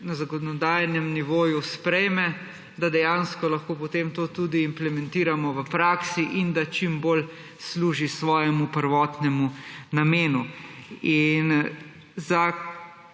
na zakonodajnem nivoju sprejme, da dejansko lahko potem to tudi implementiramo v praksi in da čim bolj služi svojemu prvotnemu namenu.